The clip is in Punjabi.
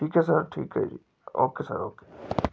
ਠੀਕ ਹੈ ਸਰ ਠੀਕ ਹੈ ਜੀ ਓਕੇ ਸਰ ਓਕੇ